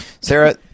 Sarah